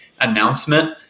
announcement